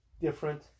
different